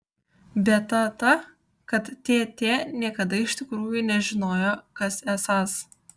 bėda ta kad tt niekada iš tikrųjų nežinojo kas esąs